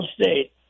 State